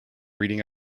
reading